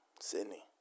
Sydney